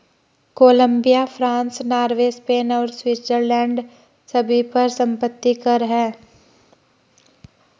Colombia, France, Norway, Spain और Switzerland सभी पर संपत्ति कर हैं